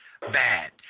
Bad